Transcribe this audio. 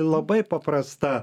labai paprasta